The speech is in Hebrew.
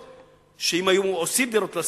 אם היו עושים דירות להשכרה,